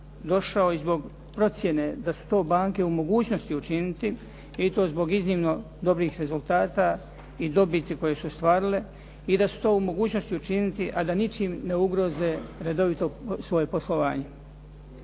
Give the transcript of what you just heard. došao zbog procjene da su to banke u mogućnosti učiniti i to zbog iznimno dobrih rezultata i dobiti koje su ostvarile i da su to u mogućnosti učiniti, a da ničim ne ugroze redovito svoje poslovanje.